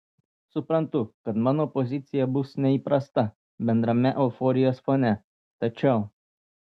suprantu kad mano pozicija bus neįprasta bendrame euforijos fone tačiau